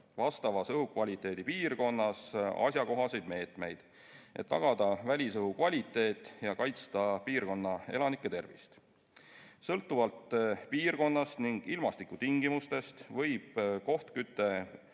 õhukvaliteedi piirkonnas asjakohaseid meetmeid, et tagada välisõhu [hea] kvaliteet ja kaitsta piirkonna elanike tervist. Sõltuvalt piirkonnast ning ilmastikutingimustest võib kohtküte